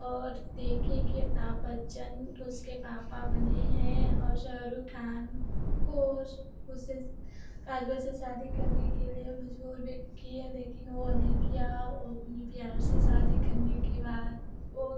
और देखें कि अमिताभ बच्चन उसके पापा बन हैं और शाहरुख खान को उससे काज्वल से शादी करने के लिए मजबूर लेकिन लेकिन वो नहीं किया वो अपने प्यार से शादी करने के बाद वो